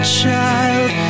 child